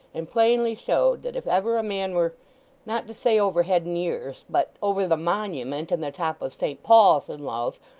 and plainly showed that if ever a man were not to say over head and ears, but over the monument and the top of saint paul's in love,